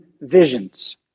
visions